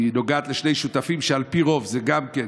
היא נוגעת לשני שותפים, שעל פי רוב זה גם כן,